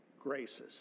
graces